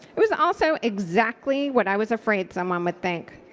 it was also exactly what i was afraid someone would think.